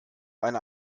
eine